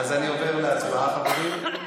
אז אני עובר להצבעה, חברים.